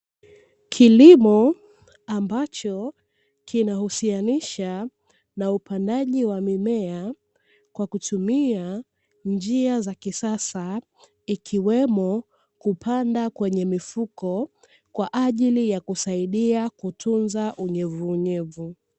Kilimo ambacho kinahusianisha na upandaji wa mimea kwa kutumia njia za kisasa ikiwemo kupanda kwenye mifuko kwa ajili ya kusaidia kutunza unyevu unyevu.